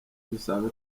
dusanga